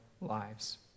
lives